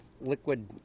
liquid